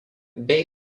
bei